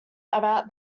about